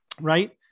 Right